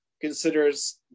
considers